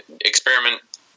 experiment